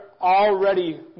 already